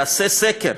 תעשה סקר